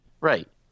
right